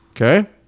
Okay